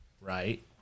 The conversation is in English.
right